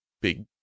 big